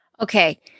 Okay